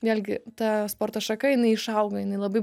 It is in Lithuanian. vėlgi ta sporto šaka jinai išauga jinai labai